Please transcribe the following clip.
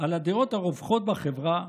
על הדעות הרווחות בחברה,